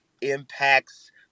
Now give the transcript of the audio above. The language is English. impacts